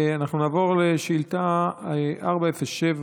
אנחנו נעבור לשאילתה 407,